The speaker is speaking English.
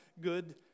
good